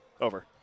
Over